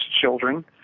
children